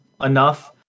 enough